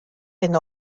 hyn